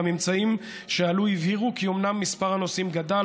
והממצאים שעלו הבהירו כי אומנם מספר הנוסעים גדל,